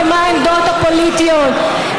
ולא משנה אם זה ימין או זה שמאל ומה העמדות הפוליטיות.